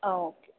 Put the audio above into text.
ആ ഓക്കേ